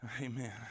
Amen